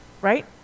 Right